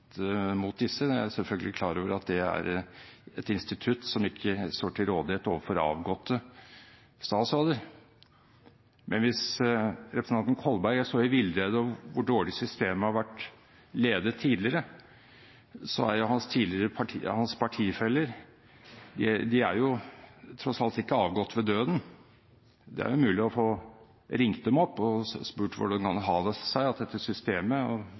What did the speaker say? mot disse. Jeg er selvfølgelig klar over at det er et institutt som ikke står til rådighet overfor avgåtte statsråder. Men hvis representanten Kolberg er så i villrede om hvor dårlig systemet har vært ledet tidligere, er hans partifeller tross alt ikke avgått ved døden. Det er jo mulig å få ringt dem opp og spurt hvordan det kan ha seg at dette systemet kunne slippe igjennom bl.a. disse salgene i 2009. Med sin voldsomme interesse for saken er